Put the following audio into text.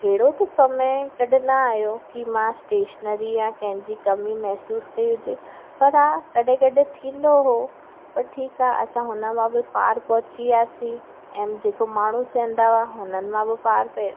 अहिड़ो त समय कॾहिं न आहियो की मां स्टेशनरी ऐं कंहिंजी कमी महसूस कई हुजे पर हा कॾहिं कॾहिं थींदो हुओ पर ठीकु आहे असां हुन मां बि पार पहुची वियासीं ऐं जेको माण्हू चवंदा हुआ हुननि मां बि पार कयो